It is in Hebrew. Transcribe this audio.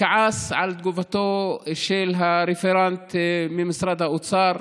כעס על תגובתו של הרפרנט ממשרד האוצר,